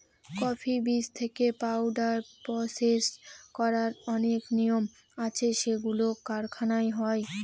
coffee বীজ থেকে powder process করার অনেক নিয়ম আছে যেগুলো কারখানায় হয়